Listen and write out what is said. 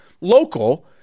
local